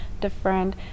different